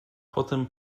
potem